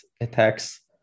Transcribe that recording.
attacks